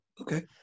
Okay